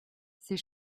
c’est